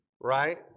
right